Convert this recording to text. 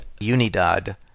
Unidad